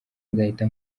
nzahita